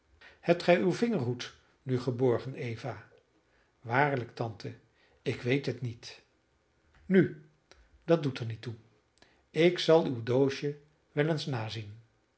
hebt gij uw vingerhoed nu geborgen eva waarlijk tante ik weet het niet nu dat doet er niet toe ik zal uw doosje